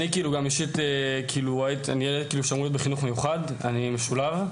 אני אישית הייתי בחינוך מיוחד, אני משולב.